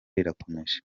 rirakomeje